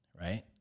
right